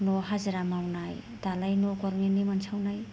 न' हाजिरा मावनाय दालाय न' गभर्नमेन्टनि मोनसावनाय